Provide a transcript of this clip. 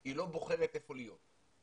היא לא בוחרת איפה להיות.